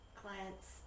clients